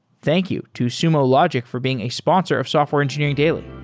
thank you to sumo logic for being a sponsor of software engineering daily